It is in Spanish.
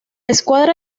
escuadra